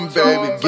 baby